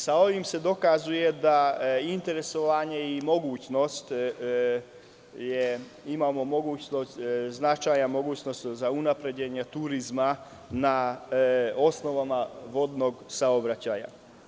Sa ovim se dokazuje da interesovanje i mogućnost, imamo značajnu mogućnost za unapređenje turizma na osnovama vodnog saobraćaja.